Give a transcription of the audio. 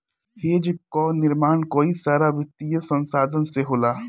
hedge कअ निर्माण कई सारा वित्तीय संसाधन से होला